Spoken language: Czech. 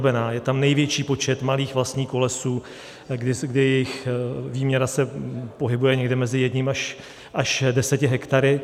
Je tam největší počet malých vlastníků lesů, kdy jejich výměra se pohybuje někde mezi jedním až deseti hektary.